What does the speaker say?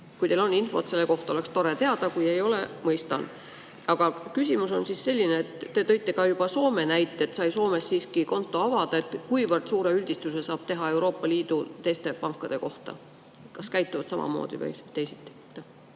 Kui teil on infot selle kohta, oleks tore teada, kui ei ole, siis mõistan. Aga küsimus on selline. Te tõite ka Soome näite, et Soomes sai siiski konto avada. Kuivõrd suure üldistuse saab teha Euroopa Liidu teiste pankade kohta? Kas nad käituvad samamoodi või teisiti?